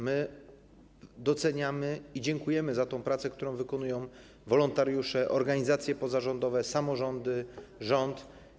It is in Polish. My to doceniamy i dziękujemy za tę pracę, którą wykonują wolontariusze, organizacje pozarządowe, samorządy i rząd.